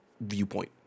viewpoint